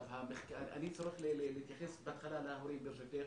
אני צריך להתייחס בהתחלה להורים ברשותך